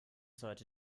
sollte